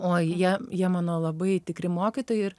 oj jie jie mano labai tikri mokytojai ir